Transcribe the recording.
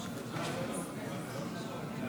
הצעת חוק מועצת עורכי הדין בישראל, התשפ"ג